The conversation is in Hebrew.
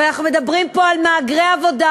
אבל אנחנו מדברים פה על מהגרי עבודה,